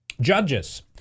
Judges